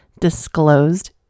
disclosed